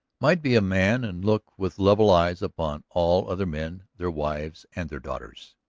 might be a man and look with level eyes upon all other men, their wives, and their daughters.